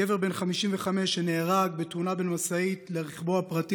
גבר בן 55 שנהרג בתאונה בין משאית לרכבו הפרטי